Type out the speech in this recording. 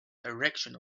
direction